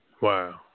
Wow